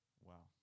Wow